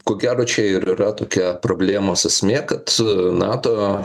ko gero čia ir yra tokia problemos esmė kad nato